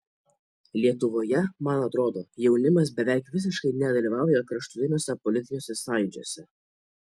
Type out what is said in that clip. lietuvoje man atrodo jaunimas beveik visiškai nedalyvauja kraštutiniuose politiniuose sąjūdžiuose